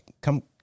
come